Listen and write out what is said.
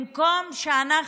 במקום שאנחנו,